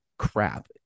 crap